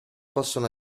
possono